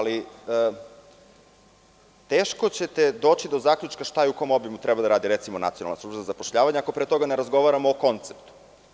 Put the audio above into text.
Teško ćete doći do zaključka šta i u kom obimu treba da radi, recimo, Nacionalna služba za zapošljavanje, ako pre toga ne razgovaramo o konceptu.